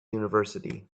university